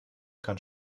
kann